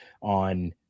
On